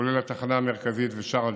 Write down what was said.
כולל התחנה המרכזית ושאר הדברים,